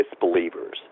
disbelievers